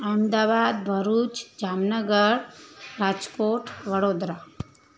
Ahmedabad Bharuch Jamnagar Rajkot Vadodara